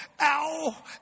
ow